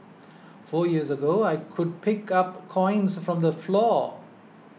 four years ago I could pick up coins from the floor